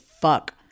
fuck